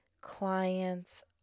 clients